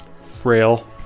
frail